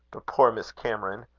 but poor miss cameron!